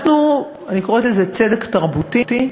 אני קוראת לזה "צדק תרבותי".